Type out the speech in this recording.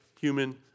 human